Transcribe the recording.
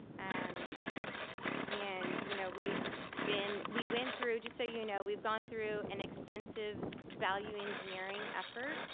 um and you know we've been, we went through, just so you know, we've gone through an extensive value engineering effort.